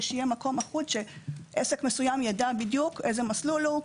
שיהיה מקום אחוד שעסק מסוים יידע בדיוק איזה מסלול הוא,